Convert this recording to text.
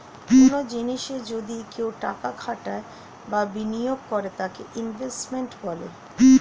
কনো জিনিসে যদি কেউ টাকা খাটায় বা বিনিয়োগ করে তাকে ইনভেস্টমেন্ট বলে